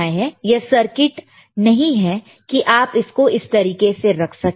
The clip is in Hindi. यह सर्किट नहीं है कि आप इसको इस तरीके से रख सके